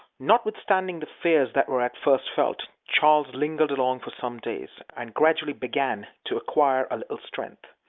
notwithstanding the fears that were at first felt, charles lingered along for some days, and gradually began to acquire a little strength.